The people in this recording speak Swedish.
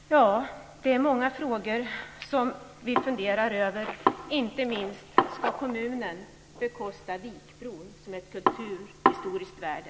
Det är många frågor som vi funderar över, inte minst om kommunen ska bekosta Vikbron, som är av kulturhistoriskt värde.